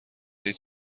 هیچ